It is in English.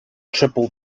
triple